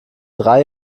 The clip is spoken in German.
drei